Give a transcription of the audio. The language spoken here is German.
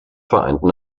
vereinten